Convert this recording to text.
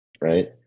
right